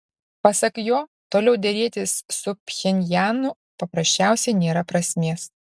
pasak jo toliau derėtis su pchenjanu paprasčiausiai nėra prasmės